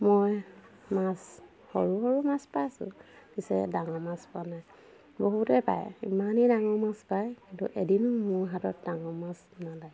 মই মাছ সৰু সৰু মাছ পাইছোঁ পিছে ডাঙৰ মাছ পোৱা নাই বহুতে পায় ইমানেই ডাঙৰ মাছ পায় সেইটো এদিন মোৰ হাতত ডাঙৰ মাছ নালাগে